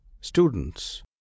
students